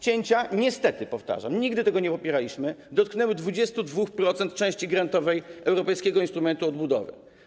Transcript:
Cięcia niestety, powtarzam: nigdy tego nie popieraliśmy, dotknęły 22% części grantowej Europejskiego Instrumentu na rzecz Odbudowy.